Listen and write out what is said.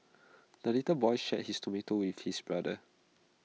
the little boy shared his tomato with his brother